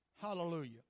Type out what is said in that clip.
Hallelujah